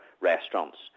restaurants